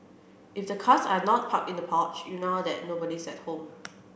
if the cars are not parked in the porch you know that nobody's at home